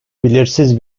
belirsiz